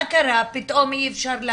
מה קרה, פתאום אי אפשר?